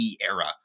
era